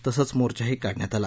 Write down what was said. तसंच मोर्चाही काढण्यात आला